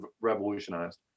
revolutionized